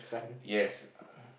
yes